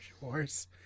wars